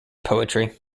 poetry